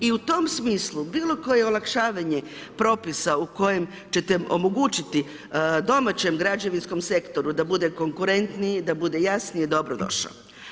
I u tom smislu, bilo koje olakšavanje propisa u kojem ćete omogućiti domaćem građevinskom sektoru da bude konkurentniji, da bude jasnije dobrodošao.